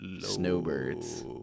Snowbirds